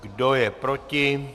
Kdo je proti?